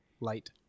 light